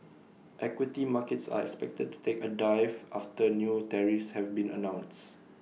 equity markets are expected to take A dive after new tariffs have been announced